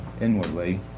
inwardly